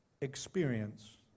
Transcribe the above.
experience